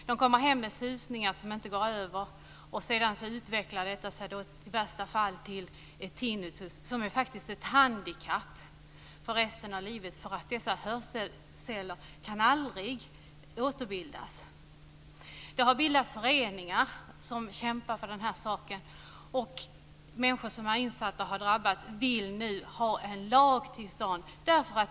De kommer hem med susningar som inte går över, och som sedan i värsta fall utvecklas till tinnitus, som är ett handikapp för resten av livet. Dessa hörselceller kan nämligen aldrig återbildas. Det har bildats föreningar som kämpar för den här saken. Insatta människor som har drabbats vill nu ha en lag till stånd.